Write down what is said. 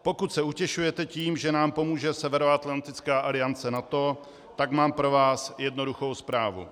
Pokud se utěšujete tím, že nám pomůže Severoatlantická aliance, NATO, tak mám pro vás jednoduchou zprávu.